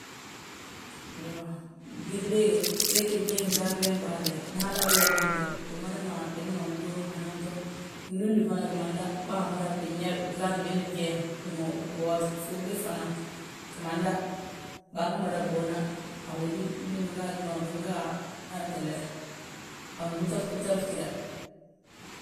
Iyoo, gíŧi bége, bégí bigii gingarden ɓaale, ndi hala awooyi binte biman luw, hanan to. Níndi fana gimanda, bàa ma fana binyaa bigaata bin fyeem, gwoot. Gŧuub bég fana gimanda, bange mada ɓuwna a hódi ndi bigaaji ma binga a hentele, a fgútar gútar ftída.